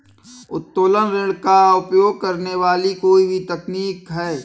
उत्तोलन ऋण का उपयोग करने वाली कोई भी तकनीक है